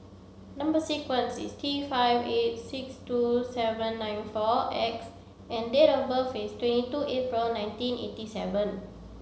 number sequence is T five eight six two seven nine four X and date of birth is twenty two April nineteen eighty seven